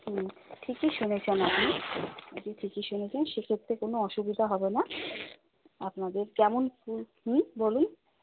হুম ঠিকই শুনেছেন আপনি আপনি ঠিকই শুনেছেন সেক্ষেত্রে কোনো অসুবিধা হবে না আপনাদের কেমন ফুল বলুন